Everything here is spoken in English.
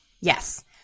Yes